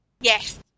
Yes